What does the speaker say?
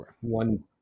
one